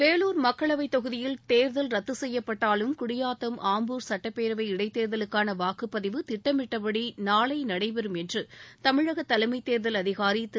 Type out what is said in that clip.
வேலூர் மக்களவைத் தொகுதியில் தேர்தல் ரத்து செய்யப்பட்டாலும் குடியாத்தம் ஆம்பூர் சுட்டப்பேரவை இடைத் தேர்தலுக்கான வாக்குப்பதிவு திட்டமிட்டபடி நாளை நடைபெறும் என்று தமிழக தலைமை தேர்தல் அதிகாரி திரு